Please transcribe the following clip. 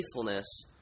faithfulness